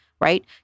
right